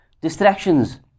distractions